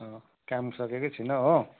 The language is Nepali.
अँ काम सकेकै छुइनँ हो